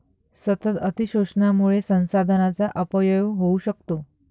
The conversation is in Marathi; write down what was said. सतत अतिशोषणामुळे संसाधनांचा अपव्यय होऊ शकतो